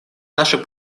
наше